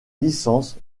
licence